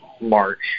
March